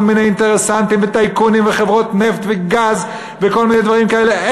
מיני אינטרסנטים וטייקונים וחברות נפט וגז וכל מיני דברים כאלה.